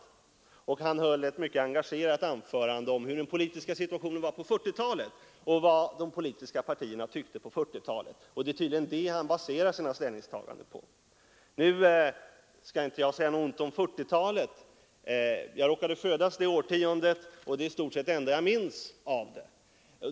Herr Lorentzon höll ett mycket engagerat anförande om hur den politiska situationen var på 1940-talet och vad de politiska partierna då tyckte, och det är tydligen detta herr Lorentzon baserar sina ställningstaganden på. Nu skall inte jag säga något ont om 1940-talet. Jag råkade födas det årtiondet, och det är i stort sett det enda jag minns av det.